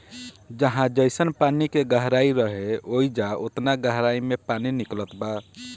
जहाँ जइसन पानी के गहराई रहे, ओइजा ओतना गहराई मे पानी निकलत बा